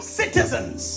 citizens